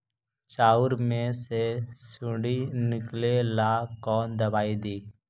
चाउर में से सुंडी निकले ला कौन दवाई दी?